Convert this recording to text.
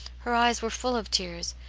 her eyes were full of tears,